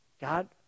God